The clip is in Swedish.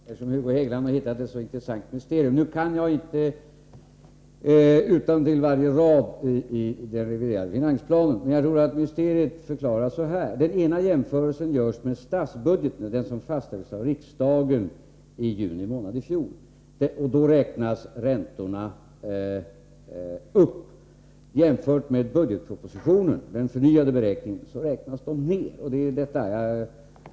Herr talman! Hugo Hegeland har hittat ett intressant mysterium. Nu kan jag inte varje rad i den reviderade finansplanen utantill, men jag tror att mysteriet förklaras så här: den ena jämförelsen görs med statsbudgeten, den som fastställdes av riksdagen i juni månad i fjol, och då räknas räntorna upp. Jämfört med budgetpropositionen, den förnyade beräkningen, räknas de ned.